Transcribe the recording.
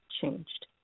changed